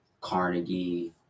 Carnegie